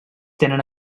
tenen